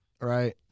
right